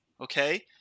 okay